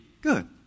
good